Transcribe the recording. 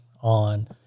on